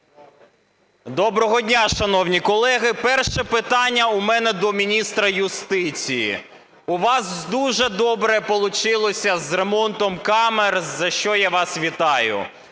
Доброго дня, шановні колеги. Перше питання у мене до міністра юстиції. У вас дуже добре получилося з ремонтом камер, за що я вас вітаю.